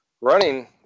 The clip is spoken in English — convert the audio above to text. running